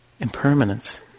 Impermanence